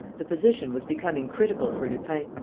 the position was becoming critical for lupin.